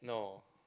no